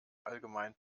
allgemein